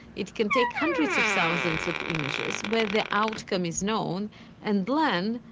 it can take hundreds of thousands of images where the outcome is known and learn,